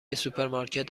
سوپرمارکت